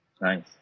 Nice